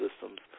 systems